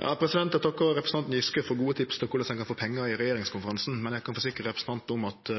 Eg takkar representanten Giske for gode tips til korleis ein kan få pengar i regjeringskonferansen, men eg kan forsikre representanten om at